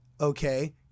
okay